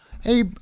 Hey